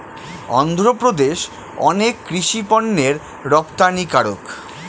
অন্ধ্রপ্রদেশ অনেক কৃষি পণ্যের রপ্তানিকারক